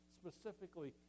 specifically